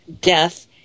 death